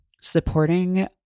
supporting